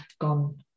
gone